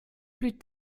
plus